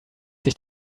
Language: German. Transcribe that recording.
sich